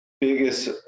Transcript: biggest